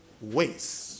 Waste